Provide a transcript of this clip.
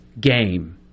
game